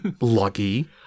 Lucky